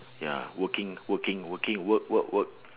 ya working working working work work work